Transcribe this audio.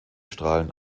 strahlen